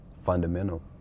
fundamental